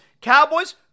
Cowboys